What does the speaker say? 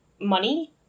money